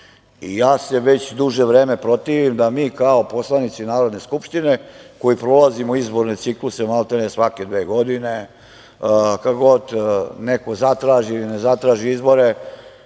i ja se već duže vreme protivim da mi kao poslanici Narodne skupštine koji prolazimo izborne cikluse maltene svake dve godine, kad god neko zatraži ili ne zatraži izbore